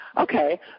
Okay